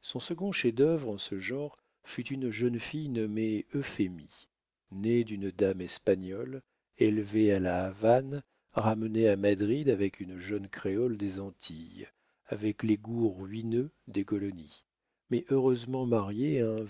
son second chef-d'œuvre en ce genre fut une jeune fille nommée euphémie née d'une dame espagnole élevée à la havane ramenée à madrid avec une jeune créole des antilles avec les goûts ruineux des colonies mais heureusement mariée à